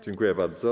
Dziękuję bardzo.